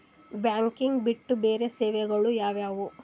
Banking ಬಿಟ್ಟು ಬೇರೆ ಸೇವೆಗಳು ಯಾವುವು?